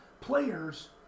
players